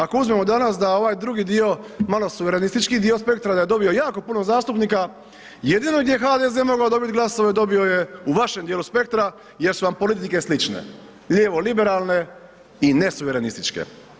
Ako uzmemo danas da ovaj drugi dio, malo suverenističkiji dio spektra da je dobio jako puno zastupnika, jedino gdje je HDZ mogao dobiti glasove, dobio je u vašem djelu spektra jer su vam politike slične, lijevo liberalne i nesuverenističke.